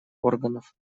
органов